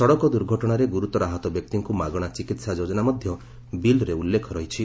ସଡ଼କ ଦୁର୍ଘଟଣାରେ ଗୁରୁତର ଆହତ ବ୍ୟକ୍ତିଙ୍କୁ ମାଗଣା ଚିକିତ୍ସା ଯୋଜନା ମଧ୍ୟ ବିଲ୍ରେ ଉଲ୍ଲେଖ ରହିଛି